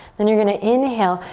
then you're gonna inhale,